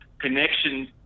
connection